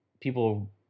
people